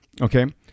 Okay